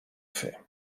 fer